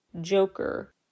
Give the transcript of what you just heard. joker